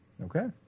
Okay